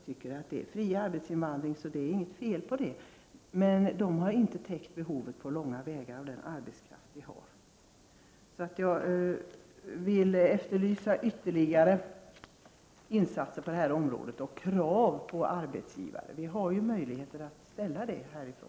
Vi har ju fri arbetsförmedling, så det är inget fel på det, men det har inte på långa vägar täckt det behov av arbetskraft som vi har. Jag vill efterlysa ytterligare insatser på detta område och krav på arbetsgivare. Vi har möjligheter att ställa sådana krav härifrån.